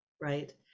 right